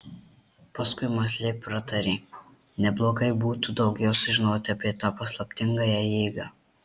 paskui mąsliai pratarė neblogai būtų daugiau sužinoti apie tą paslaptingąją jėgą